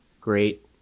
great